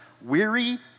Weary